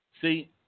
See